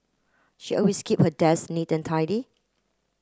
she always keep her desk neat and tidy